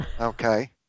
Okay